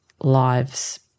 lives